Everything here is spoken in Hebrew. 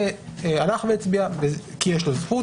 זה הלך והצביע כי יש לו זכות,